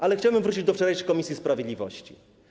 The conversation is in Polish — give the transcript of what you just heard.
Ale chciałbym wrócić do wczorajszych obrad komisji sprawiedliwości.